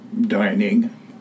dining